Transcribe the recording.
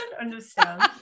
understand